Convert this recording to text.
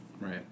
Right